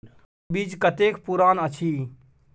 कोनो बीज कतेक पुरान अछि?